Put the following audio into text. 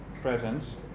presence